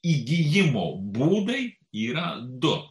įgijimo būdai yra du